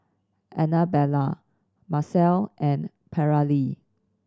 Annabella Marcel and Paralee